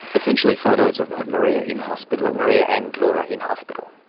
essentially photos of of maria in hospital. and maria and laura in hospital.